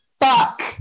fuck